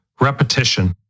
repetition